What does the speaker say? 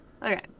Okay